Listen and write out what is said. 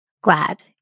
glad